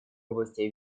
области